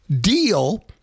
deal